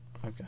Okay